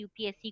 UPSC